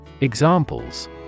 Examples